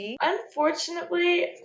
unfortunately